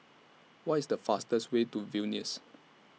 What IS The fastest Way to Vilnius